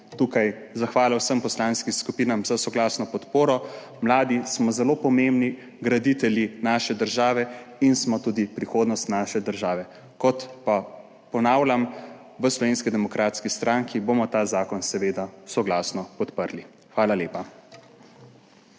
tukaj zahvala vsem poslanskim skupinam za soglasno podporo. Mladi smo zelo pomembni graditelji naše države in tudi prihodnost naše države. Ponavljam, v Slovenski demokratski stranki bomo ta zakon seveda soglasno podprli. Hvala lepa.